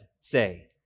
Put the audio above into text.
say